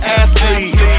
athlete